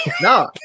no